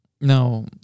No